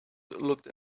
looked